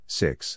six